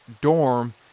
dorm